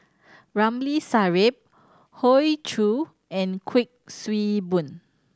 Ramli Sarip Hoey Choo and Kuik Swee Boon